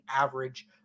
average